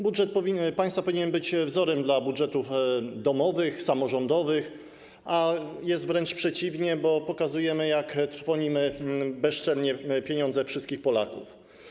Budżet państwa powinien być wzorem dla budżetów domowych, samorządowych, a jest wręcz przeciwnie, bo pokazujemy, jak trwonimy bezczelnie pieniądze wszystkich Polaków.